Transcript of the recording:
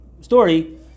story